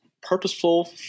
purposeful